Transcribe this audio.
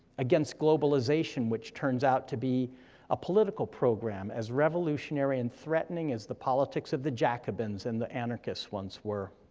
against globalization, which turns out to be a political program, as revolutionary and threatening as the politics of the jacobins and the anarchists once were.